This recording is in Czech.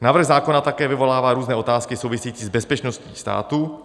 Návrh zákona také vyvolává různé otázky související s bezpečností státu.